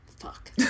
Fuck